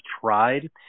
tried